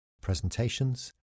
presentations